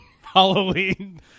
Halloween